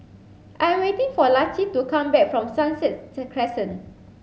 I am waiting for Laci to come back from Sunset Crescent